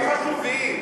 זה דברים חשובים.